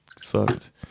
sucked